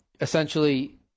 essentially